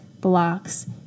blocks